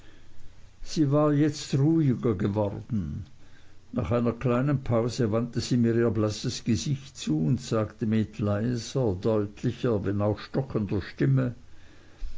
sie war jetzt ruhiger geworden nach einer kleinen pause wandte sie mir ihr blasses gesicht zu und sagte mit leiser deutlicher wenn auch stockender stimme